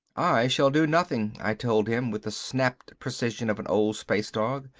i shall do nothing, i told him, with the snapped precision of an old space dog.